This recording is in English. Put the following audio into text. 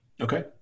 Okay